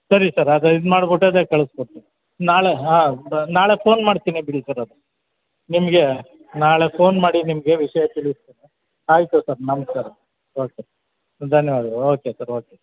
ಸರಿ ಸರ್ ಅದು ಇದು ಮಾಡ್ಬಿಟ್ಟು ಅದೆ ಕಳ್ಸ್ಕೊಡ್ತೀನಿ ನಾಳೆ ಹಾಂ ಬ ನಾಳೆ ಪೋನ್ ಮಾಡ್ತೀನಿ ಬಿಡಿ ಸರ್ ಅದು ನಿಮಗೆ ನಾಳೆ ಫೋನ್ ಮಾಡಿ ನಿಮಗೆ ವಿಷಯ ತಿಳಿಸ್ತೇನೆ ಆಯಿತು ಸರ್ ನಮಸ್ಕಾರ ಓಕೆ ಧನ್ಯವಾದಗಳು ಓಕೆ ಸರ್ ಓಕೆ